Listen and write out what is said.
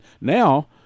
now